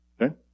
okay